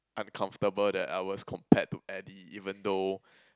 uncomfortable that I was compared to Eddie even though